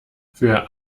für